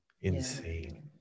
insane